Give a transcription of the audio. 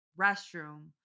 restroom